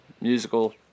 musical